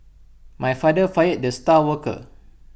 my father fired the star worker